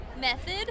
Method